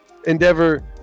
endeavor